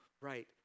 right